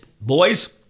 boys